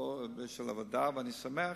ואני שמח